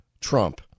Trump